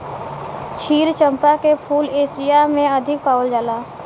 क्षीर चंपा के फूल एशिया में अधिक पावल जाला